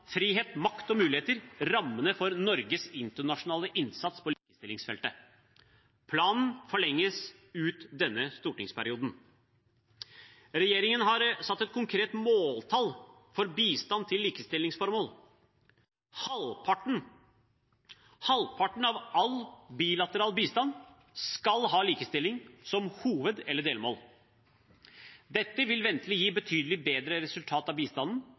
Frihet, makt og muligheter rammene for Norges internasjonale innsats på likestillingsfeltet. Planen forlenges ut denne stortingsperioden. Regjeringen har satt et konkret måltall for bistand til likestillingsformål. Halvparten av all bilateral bistand skal ha likestilling som hoved- eller delmål. Dette vil ventelig gi betydelig bedre resultat av bistanden